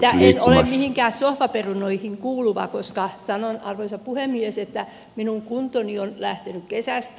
en ole mihinkään sohvaperunoihin kuuluva koska sanon arvoisa puhemies että minun kuntoni on lähtenyt kesästä